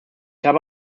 habe